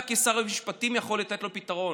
אתה כשר המשפטים יכול לתת לו פתרון.